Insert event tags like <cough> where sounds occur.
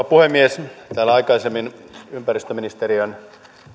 <unintelligible> puhemies täällä aikaisemmin ympäristöministeriön